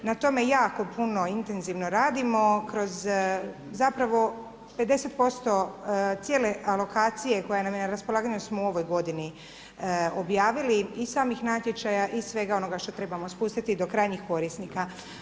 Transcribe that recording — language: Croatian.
I na tome jako puno i intenzivno radimo kroz zapravo 50% cijele alokacije koja nam je na raspolaganju smo u ovoj godini objavili i samih natječaja i svega onoga što trebamo spustiti do krajnjih korisnika.